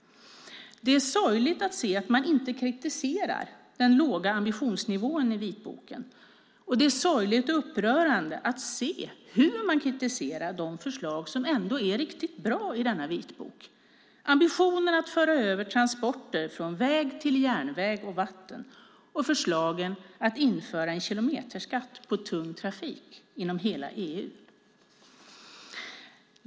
Det är sorgligt att se att man inte kritiserar den låga ambitionsnivån i vitboken. Och det är sorgligt och upprörande att se hur man kritiserar de förslag som ändå är riktigt bra i denna vitbok: ambitionen att föra över transporter från väg till järnväg och vatten och förslaget att införa en kilometerskatt på tung trafik inom hela EU.